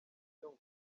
byose